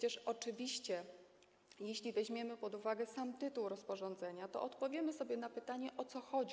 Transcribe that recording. I oczywiście jeśli weźmiemy pod uwagę sam tytuł rozporządzenia, to odpowiemy sobie na pytanie, o co chodzi.